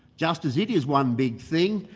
just as it is one big thing,